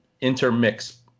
intermix